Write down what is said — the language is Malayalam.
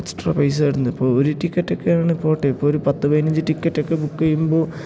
എക്സ്ട്രാ പൈസ ആയിരുന്നു ഇപ്പോൾ ഒരു ടിക്കറ്റൊക്കെയാണെ പോട്ടെ ഇപ്പം ഒരു പത്ത് പതിനഞ്ച് ടിക്കറ്റൊക്കെ ബുക്ക് ചെയ്യുമ്പോൾ